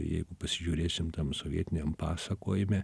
jeigu pasižiūrėsim tam sovietiniam pasakojime